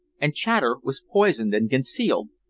and chater was poisoned and concealed,